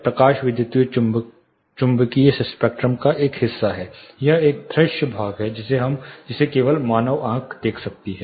प्रकाश विद्युत चुम्बकीय स्पेक्ट्रम का एक हिस्सा है यह एक दृश्य भाग है जिसे केवल मानव आंख देख सकती है